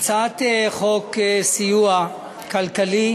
הצעת חוק סיוע כלכלי